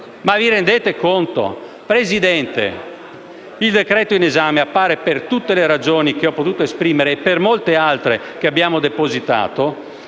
Vi rendete conto? Signor Presidente, il decreto-legge in esame appare, per tutte le ragioni che ho potuto esprimere e per molte altre che abbiamo depositato,